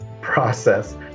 process